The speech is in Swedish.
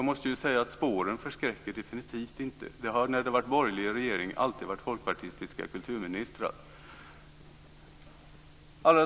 Jag måste säga att spåren förskräcker definitivt inte. Det har, när det har varit borgerlig regering, alltid varit folkpartistiska kulturministrar.